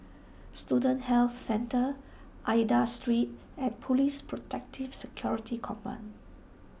Student Health Centre Aida Street and Police Protective Security Command